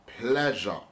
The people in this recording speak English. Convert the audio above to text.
pleasure